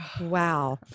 Wow